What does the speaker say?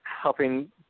helping